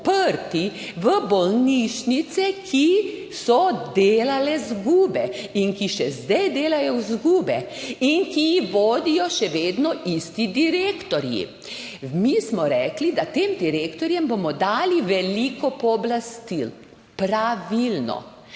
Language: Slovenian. v bolnišnice, ki so delale izgube in ki še zdaj delajo izgube, in ki jih vodijo še vedno isti direktorji. Mi smo rekli, da tem direktorjem bomo dali veliko pooblastil. Pravilno.